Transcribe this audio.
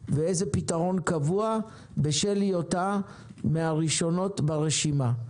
ואיזה פתרון קבוע בשל היותה מהראשונות ברשימה.